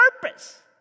purpose